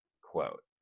quote